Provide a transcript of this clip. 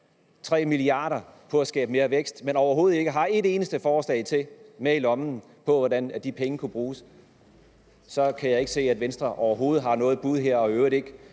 3,3 mia. kr. på at skabe mere vækst, men har overhovedet ikke et eneste forslag med i lommen til, hvordan de penge kan bruges. Jeg kan ikke se, at Venstre overhovedet har noget bud, og de har i øvrigt ikke